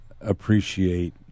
appreciate